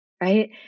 Right